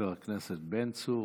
חבר הכנסת בן צור.